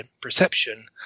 perception